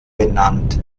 benannt